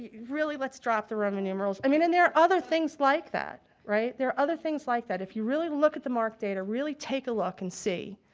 really lets drop the roman numerals. i mean and then, there are other things like that. right? there are other things like that. if you really look at the marc data, really take a look and see,